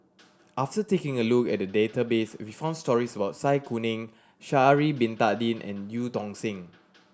after taking a look at the database we found stories about Zai Kuning Sha'ari Bin Tadin and Eu Tong Sen